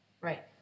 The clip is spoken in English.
Right